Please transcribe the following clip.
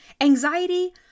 Anxiety